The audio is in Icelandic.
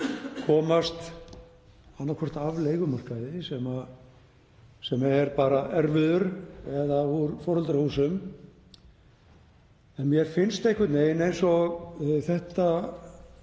komast annaðhvort af leigumarkaði sem er bara erfiður, eða úr foreldrahúsum. En mér finnst einhvern veginn eins og þetta